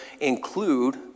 include